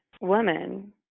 woman